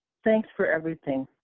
thanks for everything.